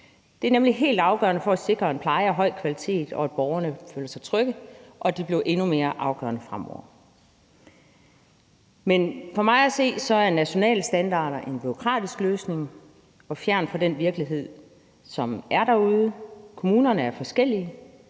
Det er nemlig helt afgørende for at sikre pleje af høj kvalitet og sikre, og at borgerne føler sig trygge, og det bliver endnu mere afgørende fremover. Kl. 19:13 Men for mig at se er nationale standarder en bureaukratisk løsning, der er fjern fra den virkelighed, som er derude. Kommunerne er forskellige,